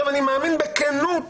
אני מאמין בכנות